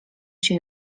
się